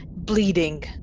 bleeding